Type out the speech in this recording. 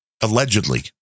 Allegedly